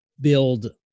build